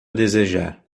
desejar